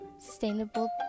sustainable